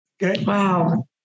Wow